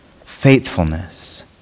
faithfulness